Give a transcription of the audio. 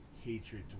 hatred